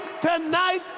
tonight